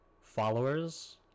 followers